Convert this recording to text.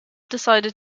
decided